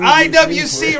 iwc